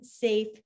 safe